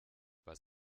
was